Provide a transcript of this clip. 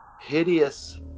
hideous